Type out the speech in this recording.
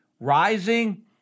rising